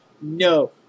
No